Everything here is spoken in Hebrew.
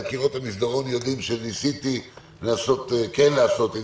אלא קירות המסדרון יודעים שניסיתי כן לעשות,